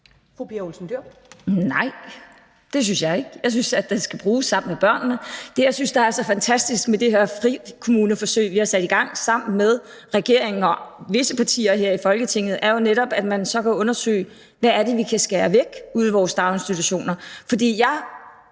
Pia Olsen Dyhr (SF): Nej, det synes jeg ikke – jeg synes, at den skal bruges sammen med børnene. Det, jeg synes er så fantastisk med de her frikommuneforsøg, vi har sat i gang sammen med regeringen og visse partier her i Folketinget, er jo netop, at man så kan undersøge, hvad det er, vi kan skære væk ude i vores daginstitutioner. For i al